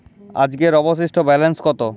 আজকের অবশিষ্ট ব্যালেন্স কত?